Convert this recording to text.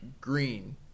green